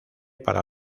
para